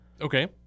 Okay